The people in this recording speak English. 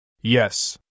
Yes